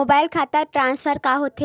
Mobile खाता transfer का होथे?